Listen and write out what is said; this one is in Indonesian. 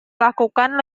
lakukan